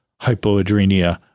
hypoadrenia